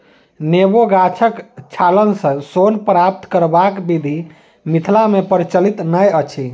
नेबो गाछक छालसँ सोन प्राप्त करबाक विधि मिथिला मे प्रचलित नै अछि